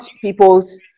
people's